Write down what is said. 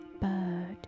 bird